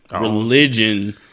religion